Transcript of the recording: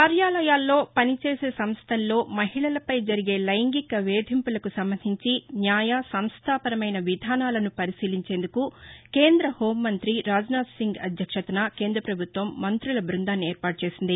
కార్యాలయాల్లో పనిచేసే సంస్లల్లో మహిళలపై జరిగే లైంగిక వేధింపులకు సంబంధించి న్యాయ సంస్థాపరమైన విధానాలను పరిశీలించేందుకు కేంద్ర హెూంమంతి రాజ్నాథ్సింగ్ ఆధ్యక్షతన కేంద్రపభుత్వం మం్రుల బృందాన్ని ఏర్పాటుచేసింది